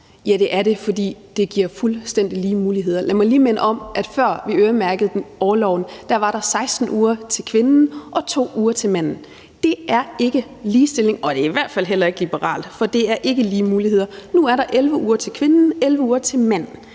Det er det, fordi det giver fuldstændig lige muligheder. Lad mig lige minde om, at før vi øremærkede orloven, var der 16 uger til kvinden og 2 uger til manden. Det er ikke ligestilling, og det er i hvert fald heller ikke liberalt, for det er ikke lige muligheder. Nu er der 11 uger til kvinden og 11 uger til manden.